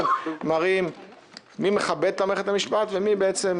מראים מי מכבד את מערכת המשפט ומי מנסה,